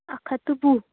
اَکھ ہَتھ تہٕ وُہ